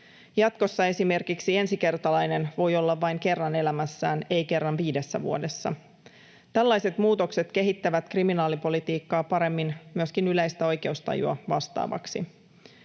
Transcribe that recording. Jatkossa esimerkiksi ensikertalainen voi olla vain kerran elämässään, ei kerran viidessä vuodessa. Tällaiset muutokset kehittävät kriminaalipolitiikkaa paremmin myöskin yleistä oikeustajua vastaavaksi.